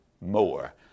more